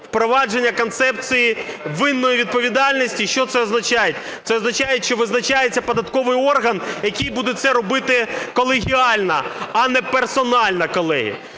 впровадження концепції винної відповідальності. Що це означає? Це означає, що визначається податковий орган, який буде це робити колегіально, а не персонально, колеги.